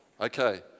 Okay